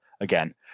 again